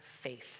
faith